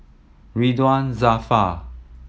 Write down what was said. Ridzwan Dzafir